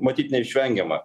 matyt neišvengiama